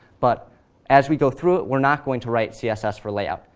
but as we go through it, we're not going to write css for layout.